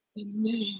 Amen